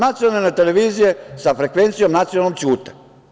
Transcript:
Nacionalne televizije sa frekvencijom nacionalnom ćute.